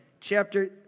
chapter